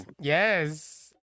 Yes